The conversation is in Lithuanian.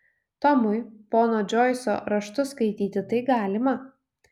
tomui pono džoiso raštus skaityti tai galima